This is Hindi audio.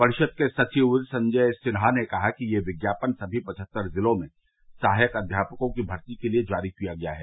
परिषद के सचिव संजय सिन्हा ने बताया कि यह विज्ञापन सभी पचहत्तर जिलों में सहायक अध्यापकों की भर्ती के लिए जारी किया गया है